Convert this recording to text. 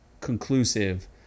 conclusive